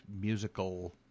musical